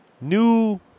new